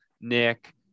Nick